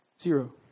Zero